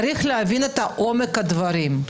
צריך להבין את עומק הדברים.